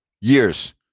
years